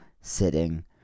sitting